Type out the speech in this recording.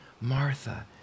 Martha